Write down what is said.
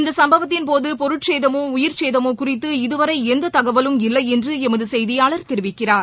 இந்த சம்பவத்தின் போது பொருட் சேதமோ உயிர்ச்சேதமோ குறித்து இதுவரை எந்தத் தகவலும் இல்லையென்று எமது செய்தியாளர் தெரிவிக்கிறார்